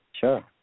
Sure